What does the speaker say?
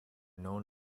known